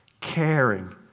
caring